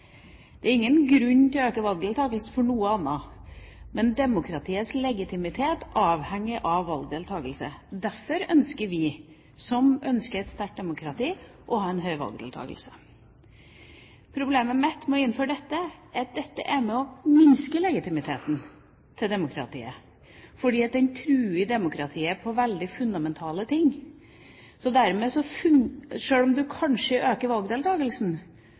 Det er ingen grunn til å øke valgdeltakelsen for noe annet. Demokratiets legitimitet avhenger av valgdeltakelse. Derfor ønsker vi som ønsker et sterkt demokrati, å ha en høy valgdeltakelse. Problemet mitt med å innføre dette er at dette er med på å minske legitimiteten til demokratiet, fordi det truer demokratiet på veldig fundamentale områder. Så sjøl om du kanskje øker valgdeltakelsen,